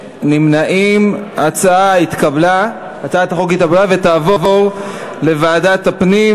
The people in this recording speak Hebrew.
התשע"ג 2013, לדיון מוקדם בוועדת הפנים